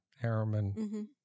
Harriman